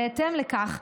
בהתאם לכך,